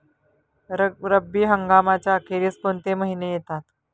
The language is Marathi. रब्बी हंगामाच्या अखेरीस कोणते महिने येतात?